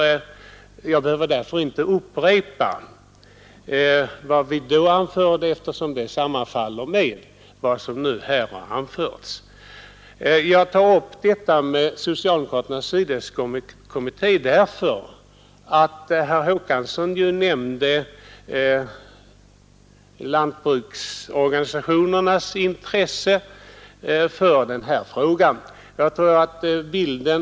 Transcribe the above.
Jag behöver inte upprepa vad vi då anförde, eftersom det sammanfaller med vad som nu här har framhållits. Anledningen till att jag nämner socialdemokraternas Sydöstskånekommitté nu är att herr Håkansson framhöll lantbrukarorganisationernas intresse för denna fråga.